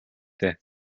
дээ